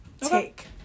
take